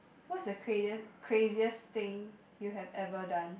what's the craziest craziest thing you have ever done